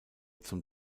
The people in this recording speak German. zum